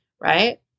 right